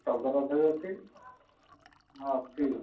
ଟଗର ଗଛ ବି ଅଛି ହଁ ଅଛି